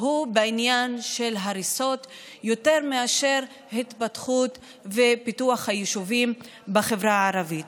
הוא בעניין של הריסות יותר מאשר התפתחות ופיתוח היישובים בחברה הערבית.